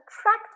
Attract